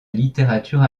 littérature